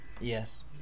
yes